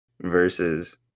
Versus